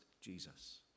Jesus